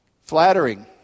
Flattering